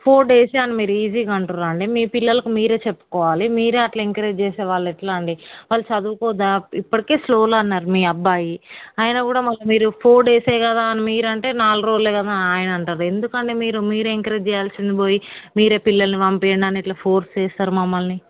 four డేసే అని మీరు ఈజీగా అంటుర్రండి మీ పిల్లలకి మీరే చెప్పుకోవాలి మీరే అట్లా ఎంకరేజ్ చేస్తే వాళ్ళు ఎట్లా అండి వాళ్ళు చదువుకోవద్దా ఇప్పడికే స్లోలో ఉన్నారు మీ అబ్బాయి అయినా కూడా మళ్ళీ మీరు ఫోర్ డేసే కదా అని మీరు అంటే నాలుగు రోజులే కదా ఆయన అంటాడు ఎందుకండి మీరు మీరు ఎంకరేజ్ చేయాల్సింది పోయి మీరే పిల్లల్ని పంపపించండి అని ఇట్లా ఫోర్స్ చేస్తారు మమ్మల్ని